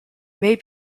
may